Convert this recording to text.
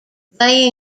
they